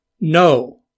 No